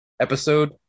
episode